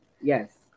yes